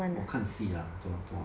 我看戏啦昨晚昨晚